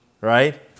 Right